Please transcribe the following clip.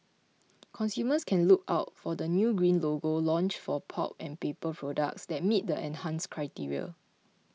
consumers can look out for the new green logo launched for pulp and paper products that meet the enhanced criteria